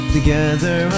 Together